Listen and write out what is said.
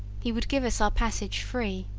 he would give us our passage free.